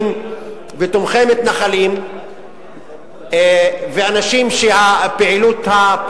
ותומכי מתנחלים ואנשים שהפעילות,